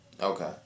Okay